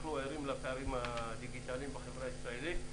אנחנו ערים לפערים הדיגיטליים בחברה הישראלית.